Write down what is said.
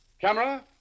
camera